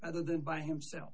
rather than by himself